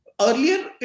earlier